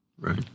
Right